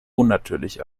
unnatürlich